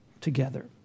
together